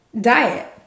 diet